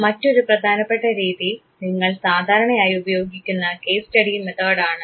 മറ്റൊരു പ്രധാനപ്പെട്ട രീതി നിങ്ങൾ സാധാരണയായി ഉപയോഗിക്കുന്ന കേസ് സ്റ്റഡി മെത്തേഡ് ആണ്